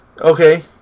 Okay